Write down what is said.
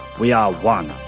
we are one.